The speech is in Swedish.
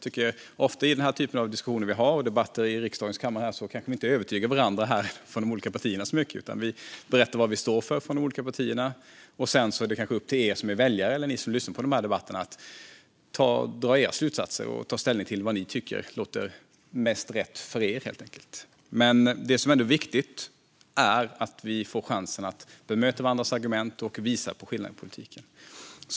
I denna typ av diskussioner och debatter i riksdagens kammare är det kanske inte ofta vi från de olika partierna övertygar varandra så mycket. Vi berättar vad vi står för från de olika partierna, och sedan är det upp till er som är väljare eller som lyssnar på debatterna att dra era slutsatser och ta ställning till vad ni tycker låter mest rätt för er. Men det som är viktigt är att vi får chansen att bemöta varandras argument och visa på skillnaderna i politiken.